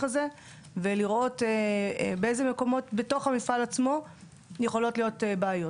הזה ולראות באיזה מקומות בתוך המפעל עצמו יכולות להיות בעיות.